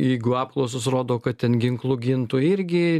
jeigu apklausos rodo kad ten ginklu gintų irgi